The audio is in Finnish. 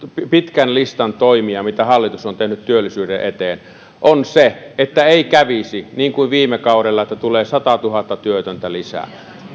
pitkän listan toimia mitä hallitus on tehnyt työllisyyden eteen takana on se että ei kävisi niin kuin viime kaudella että tulee satatuhatta työtöntä lisää